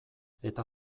eta